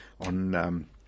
on